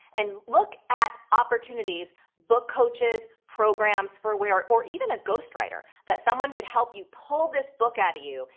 and look at opportunities, book coaches, programs for where, or even a ghost writer, that someone could help you pull this book out of you.